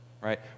right